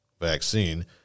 vaccine